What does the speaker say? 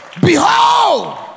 Behold